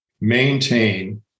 maintain